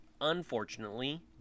unfortunately